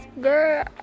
girl